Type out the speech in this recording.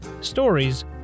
Stories